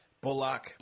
Bullock